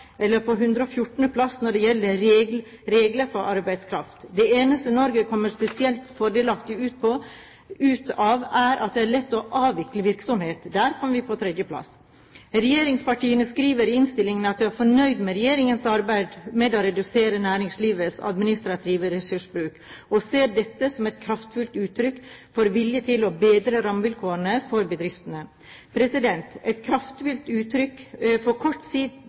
eller på 114. plass når det gjelder regler for arbeidskraft. Det eneste Norge kommer spesielt fordelaktig ut av, er at det er lett å avvikle virksomheter. Der kommer vi på tredjeplass. Regjeringspartiene skriver i innstillingen at de er fornøyd med regjeringens arbeid med å redusere næringslivets administrative ressursbruk, og ser dette som et kraftfullt uttrykk for vilje til å bedre rammevilkårene for bedriftene – et kraftfullt uttrykk? For kort